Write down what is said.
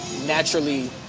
naturally